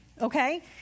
okay